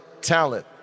talent